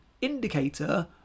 indicator